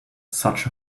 such